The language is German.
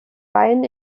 wein